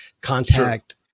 contact